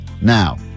now